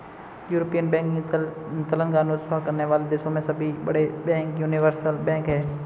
European banking चलन का अनुसरण करने वाले देशों में सभी बड़े बैंक यूनिवर्सल बैंक हैं